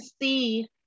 see